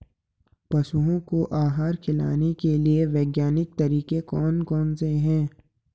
पशुओं को आहार खिलाने के लिए वैज्ञानिक तरीके कौन कौन से हैं?